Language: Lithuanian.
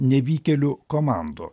nevykėlių komandų